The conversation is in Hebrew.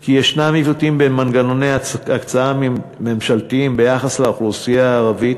כי ישנם עיוותים במנגנוני הקצאה ממשלתיים ביחס לאוכלוסייה הערבית,